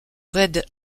red